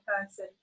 person